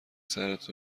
سرت